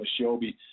Shelby